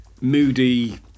moody